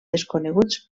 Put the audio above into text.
desconeguts